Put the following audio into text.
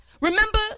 Remember